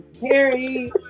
Harry